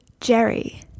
Jerry